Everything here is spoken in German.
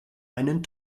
einen